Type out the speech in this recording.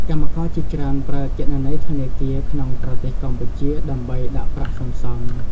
កម្មករជាច្រើនប្រើគណនីធនាគារក្នុងប្រទេសកម្ពុជាដើម្បីដាក់ប្រាក់សន្សំ។